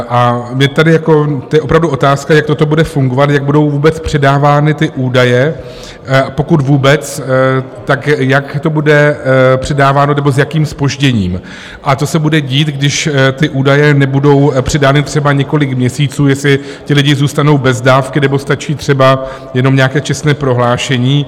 A to je opravdu otázka, jak toto bude fungovat, jak budou vůbec předávány ty údaje, pokud vůbec, jak to bude předáváno nebo s jakým zpožděním a co se bude dít, když ty údaje nebudou předány třeba několik měsíců jestli ti lidé zůstanou bez dávky, nebo stačí třeba jenom nějaké čestné prohlášení?